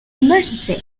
emergency